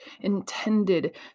intended